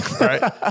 right